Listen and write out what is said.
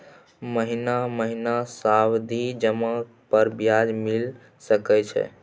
महीना महीना सावधि जमा पर ब्याज मिल सके छै?